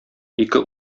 ике